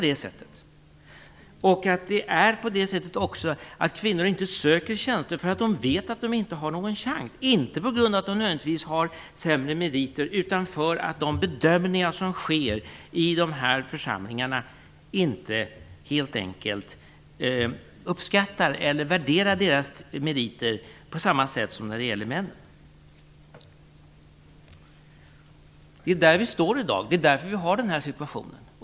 Det är också på det sättet att kvinnor inte söker tjänster därför att de vet att de inte har någon chans - inte på grund av att de nödvändigtvis har sämre meriter, utan därför att de som gör bedömningarna i de här församlingarna helt enkelt inte uppskattar eller värderar deras meriter på samma sätt som när det gäller männen. Det är där vi står i dag. Det är därför vi har den här situationen.